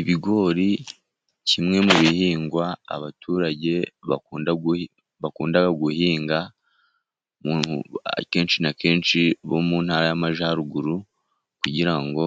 Ibigori, kimwe mu bihingwa abaturage bakunda guhinga, akenshi na kenshi bo mu ntara y'amajyaruguru, kugira ngo